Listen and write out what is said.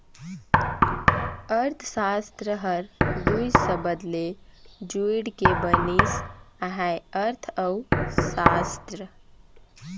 अर्थसास्त्र हर दुई सबद ले जुइड़ के बनिस अहे अर्थ अउ सास्त्र